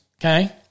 okay